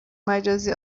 مجازی